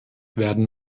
werden